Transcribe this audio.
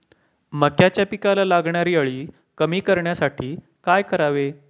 मक्याच्या पिकाला लागणारी अळी कमी करण्यासाठी काय करावे?